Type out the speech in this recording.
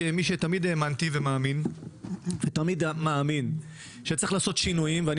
כמי שתמיד האמין ומאמין שצריך לעשות שינויים ואני